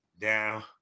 down